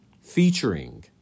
featuring